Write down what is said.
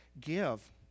give